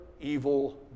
evil